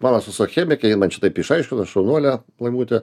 mano sesuo chemikė ji man čia taip išaiškino šaunuolė laimutė